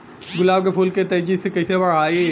गुलाब के फूल के तेजी से कइसे बढ़ाई?